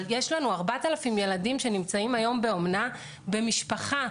יש לנו 4,000 ילדים שנמצאים היום באומנה במשפחה,